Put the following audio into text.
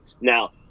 Now